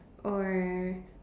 or